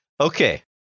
Okay